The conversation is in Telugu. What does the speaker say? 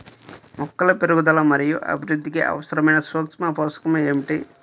మొక్కల పెరుగుదల మరియు అభివృద్ధికి అవసరమైన సూక్ష్మ పోషకం ఏమిటి?